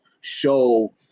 show